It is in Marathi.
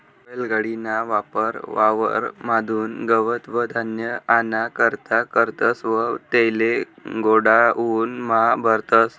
बैल गाडी ना वापर वावर म्हादुन गवत व धान्य आना करता करतस व तेले गोडाऊन म्हा भरतस